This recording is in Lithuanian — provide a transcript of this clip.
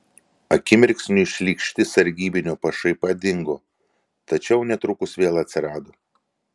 akimirksniui šlykšti sargybinio pašaipa dingo tačiau netrukus vėl atsirado